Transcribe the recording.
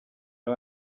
ari